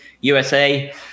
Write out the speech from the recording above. USA